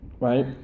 right